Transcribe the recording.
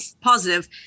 positive